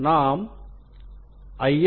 நாம் ஐ